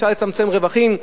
אפשר לצמצם רווחים,